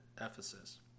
Ephesus